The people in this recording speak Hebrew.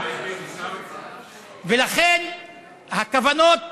לכן הכוונות,